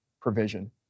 provision